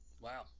Wow